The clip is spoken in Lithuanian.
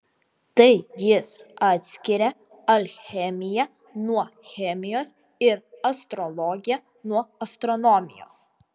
tai jis atskiria alchemiją nuo chemijos ir astrologiją nuo astronomijos